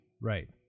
right